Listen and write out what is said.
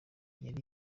yari